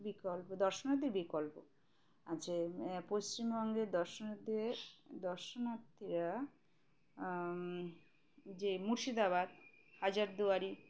বিকল্প দর্শনার্থীর বিকল্প আছে পশ্চিমবঙ্গের দর্শনার্থী দর্শনার্থীরা যে মুর্শিদাবাদ হাজারদুয়ারি